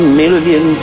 million